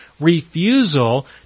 refusal